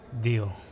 Deal